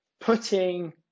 putting